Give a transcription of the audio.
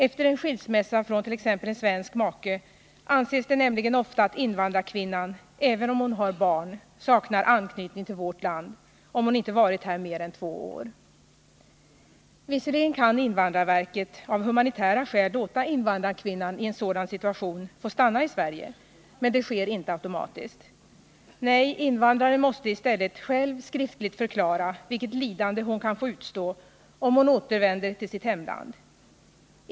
Efter en skilsmässa från t.ex. en svensk make anses det nämligen ofta att invandrarkvinnan, även om hon har barn, saknar anknytning till vårt land, om hon inte varit här mer än två år. Visserligen kan invandrarverket av humanitära skäl i en sådan situation låta invandrarkvinnan få stanna i Sverige, men det sker inte automatiskt. Nej, invandrarkvinnan måste i stället själv skriftligt förklara vilket lidande hon kan få utstå om hon återvänder till sitt hemland.